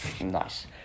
Nice